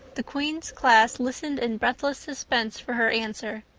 the queen's class listened in breathless suspense for her answer.